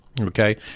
Okay